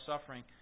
suffering